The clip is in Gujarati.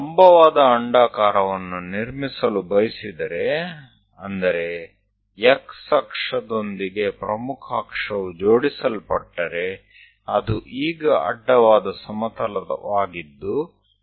જો આપણે ઉભુ ઉપવલય રચવાનું ઈચ્છતા હોઈએ તેનો મતલબ મુખ્ય અક્ષ જો x અક્ષ સાથે એકરૂપ હોય તો આડા પ્રકારનું ઉપવલય